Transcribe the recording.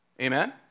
Amen